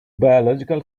biological